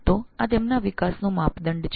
આ તેમના વિકાસનો માપદંડ છે